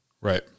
right